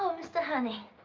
mr. honey.